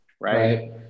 Right